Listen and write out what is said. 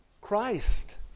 Christ